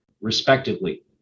respectively